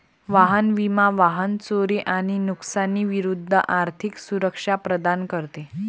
वाहन विमा वाहन चोरी आणि नुकसानी विरूद्ध आर्थिक सुरक्षा प्रदान करते